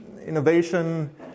Innovation